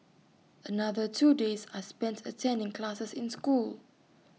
another two days are spent attending classes in school